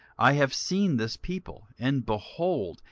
i have seen this people and, behold,